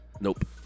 nope